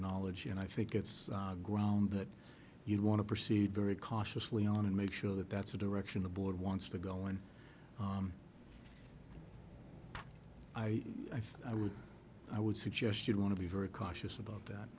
knowledge and i think it's a ground that you want to proceed very cautiously on and make sure that that's the direction the board wants to go and i i think i would i would suggest you want to be very cautious about that